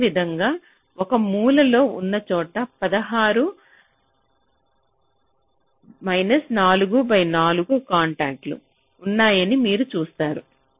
అదేవిధంగా ఒక మూలలో ఉన్నచోట 16 4 బై 4 కాంటాక్ట్లు ఉన్నాయని మీరు చూస్తారు